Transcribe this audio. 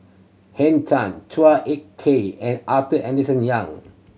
Henn Tan Chua Ek Kay and Arthur Henderson Young